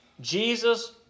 Jesus